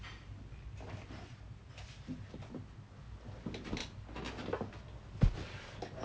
oh ya ya ya